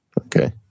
Okay